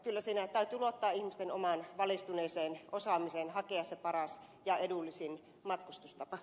kyllä siinä täytyy luottaa ihmisten omaan valistuneeseen osaamiseen hakea se paras ja edullisin matkustustapa